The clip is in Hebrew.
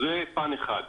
זה פן אחד.